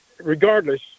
regardless